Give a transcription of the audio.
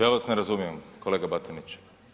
Ja vas ne razumijem kolega Batinić.